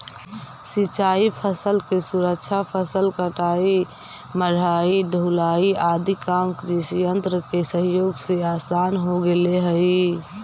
सिंचाई फसल के सुरक्षा, फसल कटाई, मढ़ाई, ढुलाई आदि काम कृषियन्त्र के सहयोग से आसान हो गेले हई